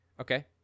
okay